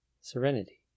serenity